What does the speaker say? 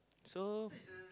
so